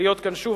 להיות כאן שוב.